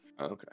okay